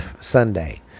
Sunday